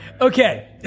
Okay